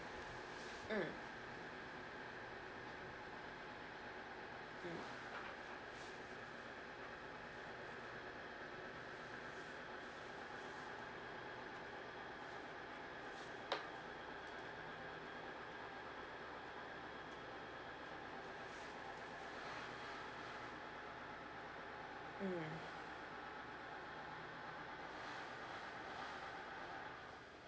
mm mm mm